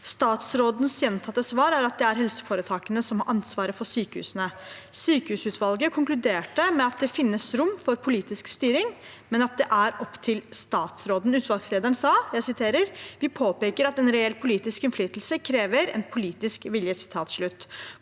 Statsrådens gjentatte svar er at det er helseforetakene som har ansvaret for sykehusene. Sykehusutvalget konkluderte med at det finnes rom for politisk styring, men at dette er opp til statsråden. Utvalgslederen sa: «Vi påpeker at en reell politisk innflytelse krever en politisk vilje».